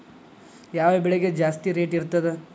ಯಾವ ಬೆಳಿಗೆ ಜಾಸ್ತಿ ರೇಟ್ ಇರ್ತದ?